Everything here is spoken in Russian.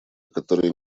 которые